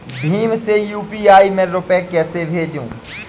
भीम से यू.पी.आई में रूपए कैसे भेजें?